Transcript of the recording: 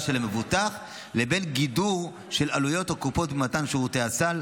של המבוטח לבין גידור של עלויות הקופות במתן שירותי הסל,